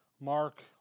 Mark